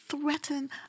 threaten